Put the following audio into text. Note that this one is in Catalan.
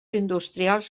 industrials